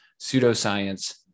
pseudoscience